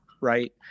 right